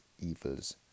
evil's